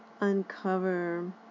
uncover